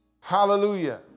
Hallelujah